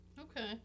Okay